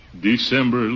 December